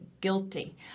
guilty